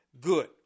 good